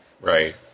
right